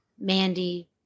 Mandy